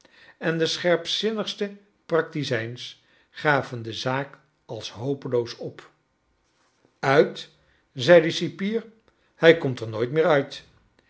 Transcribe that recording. en de scherpzinnigste practizijns gaven de zaak als hopeloos op uit zei de cipier hrj komt er nooit meer uit